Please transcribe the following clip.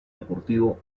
deportivo